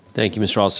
thank you, mr. ah